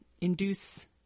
induce